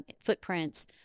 footprints